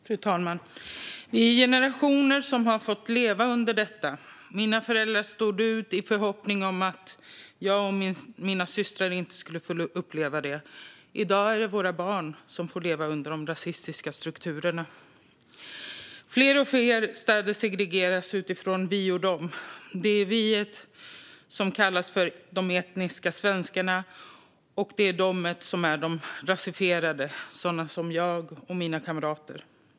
Fru talman! Vi är generationer som har fått leva med detta. Mina föräldrar stod ut i förhoppning om att jag och mina systrar inte skulle få uppleva det. I dag är det våra barn som får leva under de rasistiska strukturerna. Fler och fler städer segregeras utifrån vi och de. Det är vi som kallas för de etniska svenskarna, och det är de som är de rasifierade, sådana som jag och mina kamrater.